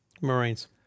Marines